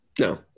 No